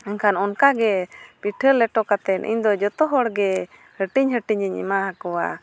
ᱢᱮᱱᱠᱷᱟᱱ ᱚᱱᱠᱟ ᱜᱮ ᱯᱤᱴᱷᱟᱹ ᱞᱮᱴᱚ ᱠᱟᱛᱮᱫ ᱤᱧᱫᱚ ᱡᱚᱛᱚ ᱦᱚᱲᱜᱮ ᱦᱟᱹᱴᱤᱧ ᱦᱟᱹᱴᱤᱧ ᱤᱧ ᱮᱢᱟ ᱟᱠᱚᱣᱟ